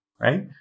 right